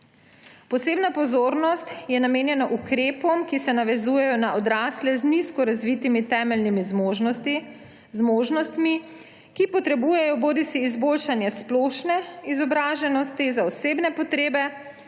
Posebna pozornost je namenjena ukrepom, ki se navezujejo na odrasle z nizko razvitimi temeljnimi zmožnostmi, ki potrebujejo bodisi izboljšanje splošne izobraženosti za osebne potrebe,